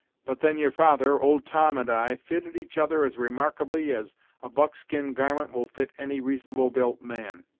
but then your father, old tom, and i, fitted each other as remarkably as a buckskin garment will fit any reasonable-built man.